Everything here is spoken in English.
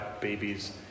babies